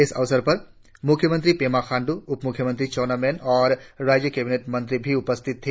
इस अवसर पर मुख्यमंत्री पेमा खांडू उपमुख्यमंत्री चाउना मेन और राज्य कैबिनेट मंत्री भी उपस्थित थ